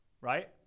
right